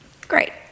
Great